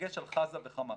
בדגש על חז"ע וחמאס.